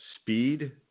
speed